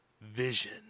vision